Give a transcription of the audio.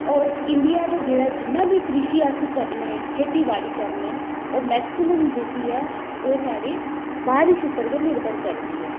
होर इंडिया च जिन्ना बी कृषि अस करने खेती बाड़ी करने ओह् मैक्सीमम जेह्की ऐ ओह् साढ़ी बारिश उप्पर गै निर्भर करदी ऐ